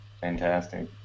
fantastic